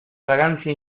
fragancia